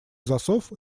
засов